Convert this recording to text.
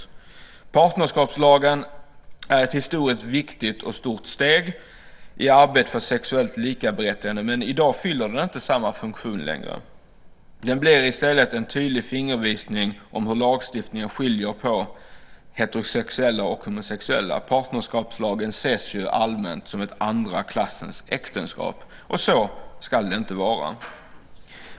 Partnerskapslagen är ett historiskt viktigt och stort steg i arbetet för sexuellt likaberättigande, men i dag fyller den inte samma funktion. Den blir i stället en tydlig fingervisning om hur lagstiftningen skiljer på heterosexuella och homosexuella. Partnerskapslagen ses ju allmänt som ett andra klassens äktenskap, och så ska det inte vara.